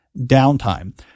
downtime